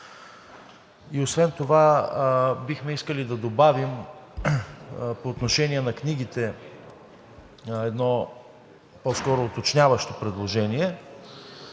и освен това бихме искали да добавим по отношение на книгите едно по-скоро уточняващо предложение.